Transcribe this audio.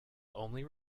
only